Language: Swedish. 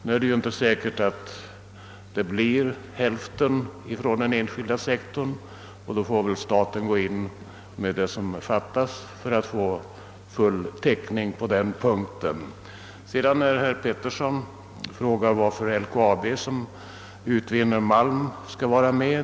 Nu är det ju inte säkert att hälften av kapitalet kommer att tillskjutas från den enskilda sektorn, och i så fall får väl staten lägga till det som fattas. Herr Petersson frågade varför LKAB som utvinner malm skall vara med.